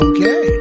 Okay